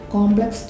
Complex